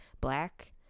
black